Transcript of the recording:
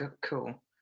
cool